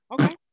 okay